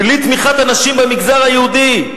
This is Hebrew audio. בלי תמיכת אנשים במגזר היהודי,